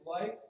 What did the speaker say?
light